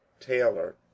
taylor